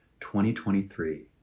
2023